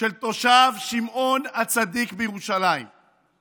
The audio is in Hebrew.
של תושב שמעון הצדיק בירושלים, 150